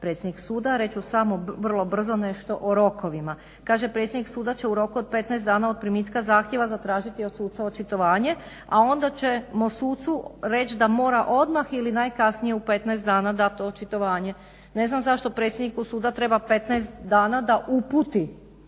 predsjednik suda. Reći ću samo vrlo brzo nešto o rokovima. Kaže predsjednik suda će u roku od 15 dana od primitka zahtjeva zatražiti od suca očitovanje, a onda ćemo sucu reći da mora odmah ili najkasnije u 15 dana dati očitovanje. Ne znam zašto predsjedniku suda treba 15 dana da uputi